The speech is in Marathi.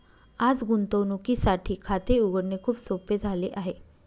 आज गुंतवणुकीसाठी खाते उघडणे खूप सोपे झाले आहे